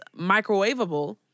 microwavable